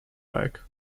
like